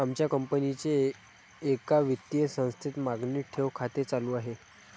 आमच्या कंपनीचे एका वित्तीय संस्थेत मागणी ठेव खाते चालू आहे